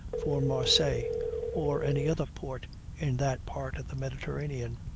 for marseilles, or any other port in that part of the mediterranean.